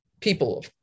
people